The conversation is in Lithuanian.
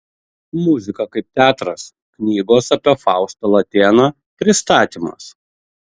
muzika kaip teatras knygos apie faustą latėną pristatymas